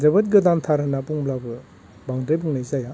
जोबोद गोदानथार होनना बुंब्लाबो बांद्राय बुंनाय जाया